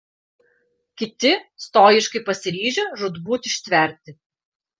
kiti stoiškai pasiryžę žūtbūt ištverti